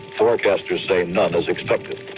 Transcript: forecasters say none is expected.